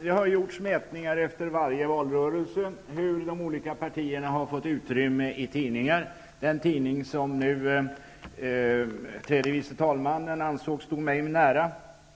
Herr talman! Det har efter varje valrörelse gjorts mätningar hur mycket utrymme de olika partierna har fått i tidningar. Den tidning som tredje vice talmannen nu ansåg stå mig nära,